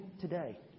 today